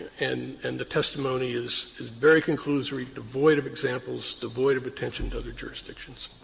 and and the testimony is is very conclusory, devoid of examples, devoid of attention to other jurisdictions.